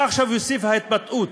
מה עכשיו תוסיף ההתבטאות?